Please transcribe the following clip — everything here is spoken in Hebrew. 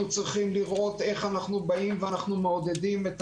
אנחנו צריכים לראות איך אנחנו מעודדים את